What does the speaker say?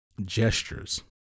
gestures